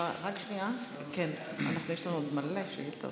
יש לנו עוד הרבה שאילתות.